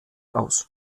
aus